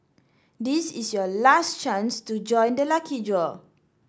this is your last chance to join the lucky draw